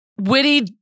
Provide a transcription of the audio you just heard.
Witty